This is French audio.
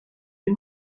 des